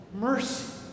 mercy